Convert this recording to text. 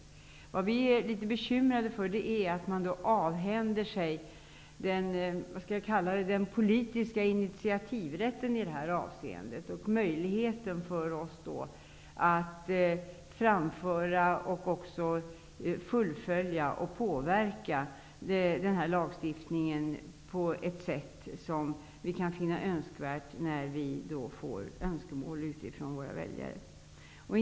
Vi är litet bekymrade för att man avhänder sig den politiska initiativrätten i det här avseendet och möjligheten att framföra, fullfölja och påverka den här lagstiftningen på ett sätt som man kan finna önskvärt när önskemål utifrån våra väljare kommer.